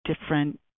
different